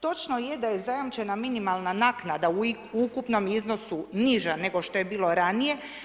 Točno je da je zajamčena minimalna naknada u ukupnom iznosu niža nego što je bilo ranije.